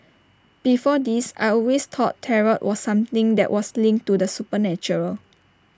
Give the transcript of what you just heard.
before this I always thought tarot was something that was linked to the supernatural